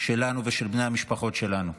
שלנו ושל בני המשפחות שלנו.